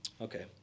Okay